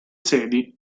sedi